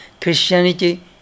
Christianity